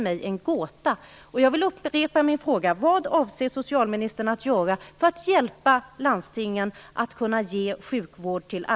Det är för mig en gåta.